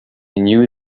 knew